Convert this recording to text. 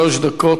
שלוש דקות.